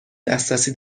دسترسی